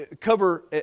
cover